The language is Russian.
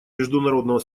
международного